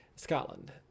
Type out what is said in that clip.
Scotland